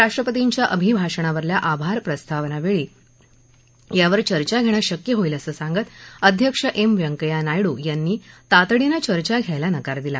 राष्ट्रपतींच्या अभिभाषणावरल्या आभार प्रस्तावनावेळी यावर चर्चा घेणं शक्य होईल असं सांगत अध्यक्ष एम व्यंकय्या नायडू यांनी तातडीनं चर्चा घ्यायला नकार दिला